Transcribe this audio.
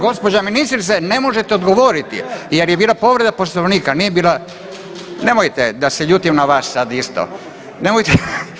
Gđo ministrice ne možete odgovoriti jer je bila povreda Poslovnika, nije bila, nemojte da se ljutim na vas sad isto, nemojte.